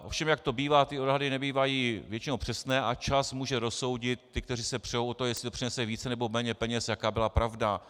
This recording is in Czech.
Ovšem jak to bývá, odhady nebývají většinou přesné a čas může rozsoudit ty, kteří se přou o to, jestli to přinese více, nebo méně peněz, jaká byla pravda.